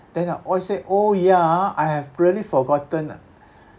then oh I say oh yeah ha I have really forgotten ah